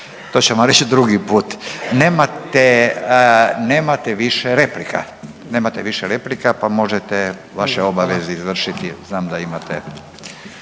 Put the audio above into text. to ćemo reći drugi put. Nemate više replika pa možete vaše obaveze izvršiti, znam da imate.